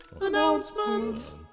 announcement